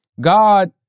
God